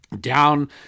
down